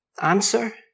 Answer